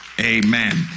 Amen